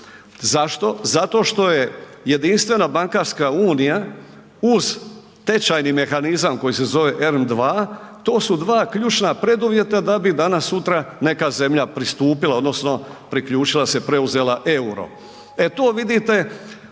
Zašto? Zato što je Jedinstvena bankarska unija uz tečajni mehanizam koji se zove ERM II to su dva ključna preduvjeta da bi danas sutra neka zemlja pristupila odnosno priključila se preuzela euro.